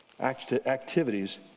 activities